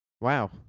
Wow